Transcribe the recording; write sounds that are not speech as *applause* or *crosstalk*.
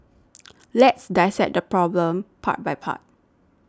*noise* let's dissect this problem part by part